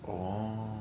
orh